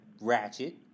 ratchet